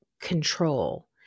control